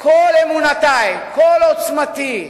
כל אמונותי, כל עוצמתי,